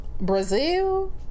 Brazil